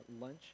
lunch